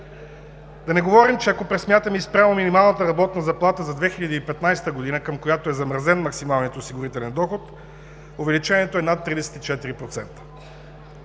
Да не говорим, че ако пресмятаме и спрямо минималната работна заплата за 2015 г., към която е замразен максималният осигурителен доход, увеличението е над 34%.